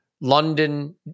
London